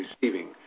receiving